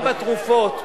גם בתרופות,